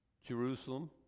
Jerusalem